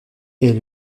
est